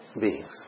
beings